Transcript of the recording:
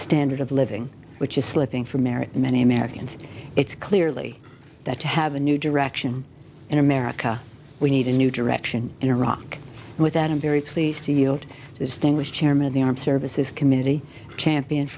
standard of living which is slipping for merit many americans it's clearly that to have a new direction in america we need a new direction in iraq and with that i'm very pleased to yield distinguished chairman of the armed services committee champion